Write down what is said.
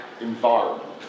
environment